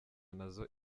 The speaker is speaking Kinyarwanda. nazo